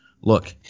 look